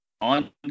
on